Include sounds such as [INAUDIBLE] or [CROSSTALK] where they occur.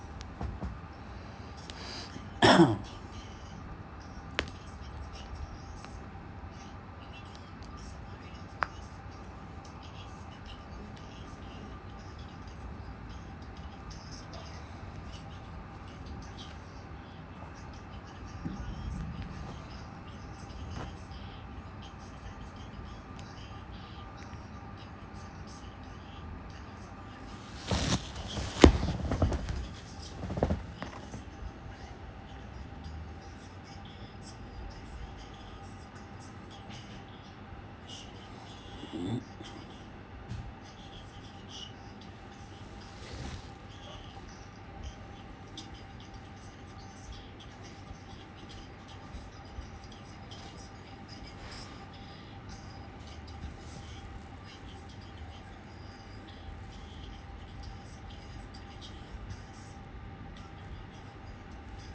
[BREATH] [COUGHS]